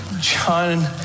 John